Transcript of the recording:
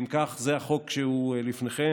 אם כך, זה החוק שהוא לפניכם.